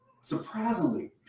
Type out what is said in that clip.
surprisingly